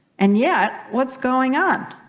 and yet what's going on